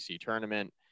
tournament